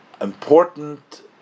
important